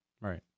Right